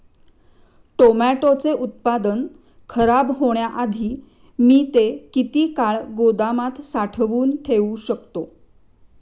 टोमॅटोचे उत्पादन खराब होण्याआधी मी ते किती काळ गोदामात साठवून ठेऊ शकतो?